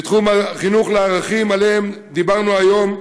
בתחום החינוך לערכים שעליהם דיברנו היום,